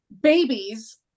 Babies